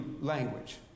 language